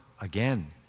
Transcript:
again